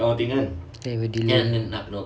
they will delay